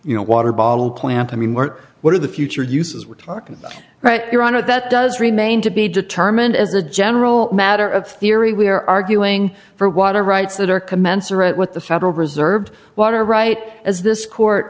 you know water bottle clamped i mean more what are the future uses we're talking right here on earth that does remain to be determined as a general matter of theory we are arguing for water rights that are commensurate with the federal reserve water right as this court